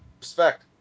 respect